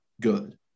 good